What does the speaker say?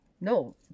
No